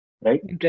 right